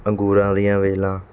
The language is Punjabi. ਅੰਗੂਰਾਂ ਦੀਆਂ ਵੇਲਾਂ